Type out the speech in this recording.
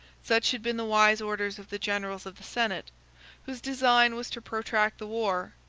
such had been the wise orders of the generals of the senate whose design was to protract the war,